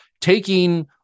taking